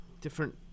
different